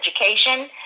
education